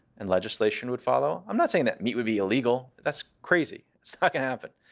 and legislation would follow. i'm not saying that meat would be illegal. that's crazy. that's not going to happen.